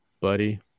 buddy